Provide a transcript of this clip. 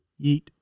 Yeet